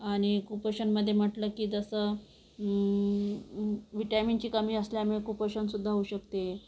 आणि कुपोषणमध्ये म्हटलं की जसं व्हिटॅमिनची कमी असल्यामुळं कुपोषण सुद्धा होऊ शकते